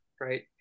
right